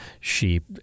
sheep